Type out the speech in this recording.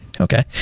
okay